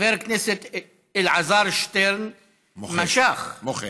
חבר הכנסת אלעזר שטרן משך, מוחה.